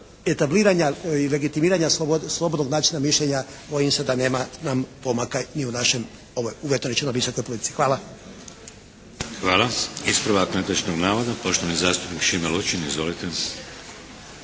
etabliranja i legitimiranja slobodnog načina mišljenja, bojim se da nema nam pomaka ni u našem, ovoj uvjetno rečeno visokoj politici. Hvala. **Šeks, Vladimir (HDZ)** Hvala. Ispravak netočnog navoda, poštovani zastupnik Šime Lučin. Izvolite!